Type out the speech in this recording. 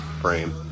frame